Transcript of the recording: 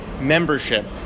membership